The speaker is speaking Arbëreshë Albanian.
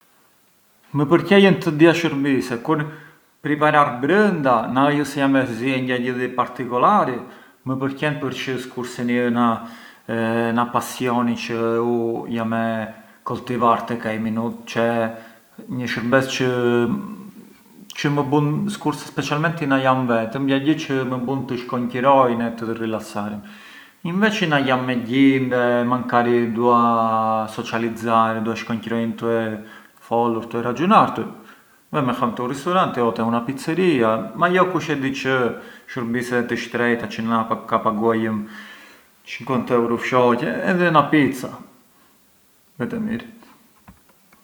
Kur pincar u celesti më vjen ment qiellja, më vjen ment sytë e nuses, më vjen ment dejti, më vjen ment gjella çë vjen dopu gjellës.